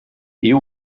you